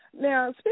Now